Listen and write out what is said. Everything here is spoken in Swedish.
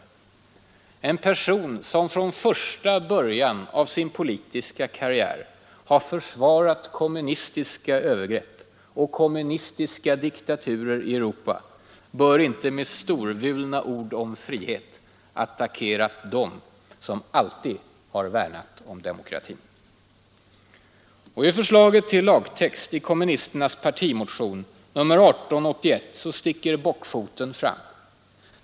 Han är en person som från första början av sin politiska karriär har försvarat kommunistiska övergrepp och kommunistiska diktaturer i Europa — han bör inte med storvulna ord om frihet attackera dem som alltid har värnat om demokratin. I förslaget till lagtext i kommunisternas partimotion sticker bockfoten fram.